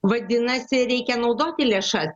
vadinasi reikia naudoti lėšas